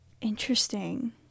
interesting